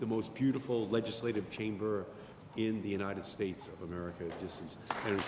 the most beautiful legislative chamber in the united states of america